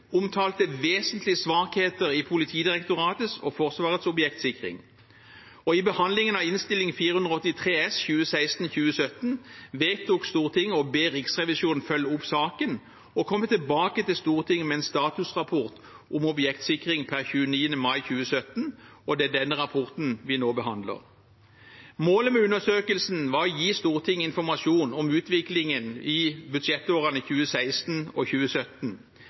omtalte vesentlige svakheter i Politidirektoratets og Forsvarets objektsikring. I behandlingen av Innst. 483 S for 2016–2017 vedtok Stortinget å be Riksrevisjonen følge opp saken og komme tilbake til Stortinget med en statusrapport om objektsikring per 29. mai 2017, og det er denne rapporten vi nå behandler. Målet med undersøkelsen var å gi Stortinget informasjon om utviklingen i budsjettårene 2016 og 2017,